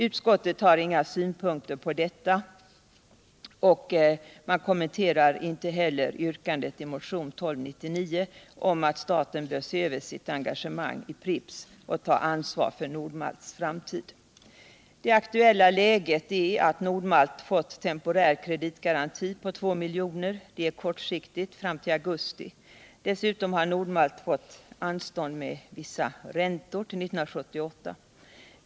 Utskottet har inga synpunkter på detta och kommenterar inte heller yrkandet i motionen 1299 om att staten bör se över sitt engagemang i Pripps och ta ansvar för Nord-Malts framtid. Det aktuella läget är att Nord-Malt fått temporär kreditgaranti på 2 miljoner — det är kortsiktigt fram till augusti. Dessutom har Nord-Malt fått anstånd med vissa räntor till 1978.